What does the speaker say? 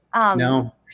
No